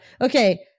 Okay